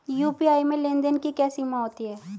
UPI में लेन देन की क्या सीमा होती है?